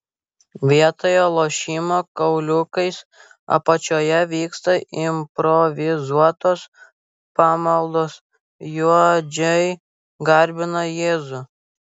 vietoj lošimo kauliukais apačioje vyksta improvizuotos pamaldos juodžiai garbina jėzų